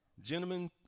Gentlemen